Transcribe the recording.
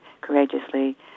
courageously